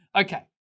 okay